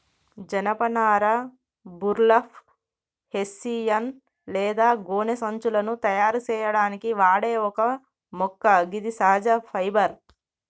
జనపనార burlap, hessian లేదా గోనె సంచులను తయారు సేయడానికి వాడే ఒక మొక్క గిది సహజ ఫైబర్